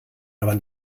aber